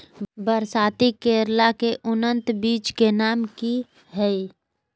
बरसाती करेला के उन्नत बिज के नाम की हैय?